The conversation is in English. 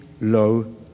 low